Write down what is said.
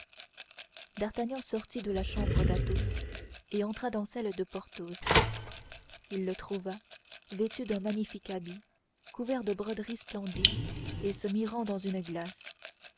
d'artagnan sortit de la chambre d'athos et entra dans celle de porthos il le trouva vêtu d'un magnifique habit couvert de broderies splendides et se mirant dans une glace